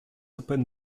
opened